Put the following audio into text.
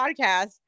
podcast